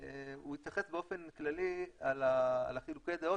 אבל הוא התייחס באופן כללי לחילוקי הדעות